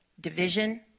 division